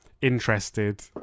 interested